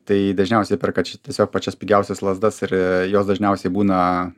tai dažniausiai perka čia tiesiog pačias pigiausias lazdas ir jos dažniausiai būna